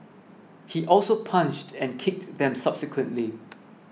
he also punched and kicked them subsequently